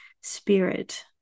spirit